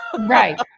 Right